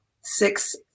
six